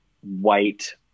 white